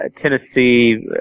Tennessee